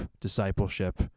discipleship